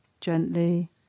gently